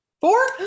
four